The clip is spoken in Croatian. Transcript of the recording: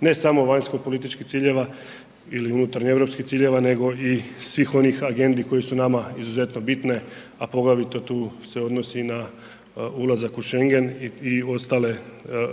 ne samo vanjskopolitičkih ciljeva ili unutareuropskih ciljeva nego i svih onih agendi koje su nama izuzetno bitne a poglavito tu se odnosi na ulazak u Schengen i